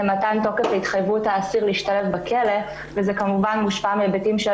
מתן תוקף להתחייבות האסיר להשתלב בכלא וזה כמובן מושפע מהיבטים של